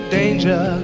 danger